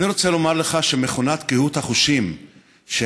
אני רוצה לומר לך שמכונת קהות החושים שהממשלה,